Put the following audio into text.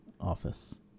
Office